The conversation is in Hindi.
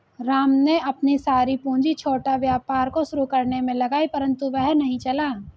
राम ने अपनी सारी पूंजी छोटा व्यापार को शुरू करने मे लगाई परन्तु वह नहीं चला